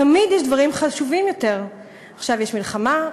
תמיד יש דברים חשובים יותר, עכשיו יש מלחמה,